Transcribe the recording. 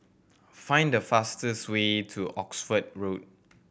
find the fastest way to Oxford Road